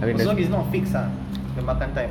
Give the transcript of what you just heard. so it's not fixed ah the makan time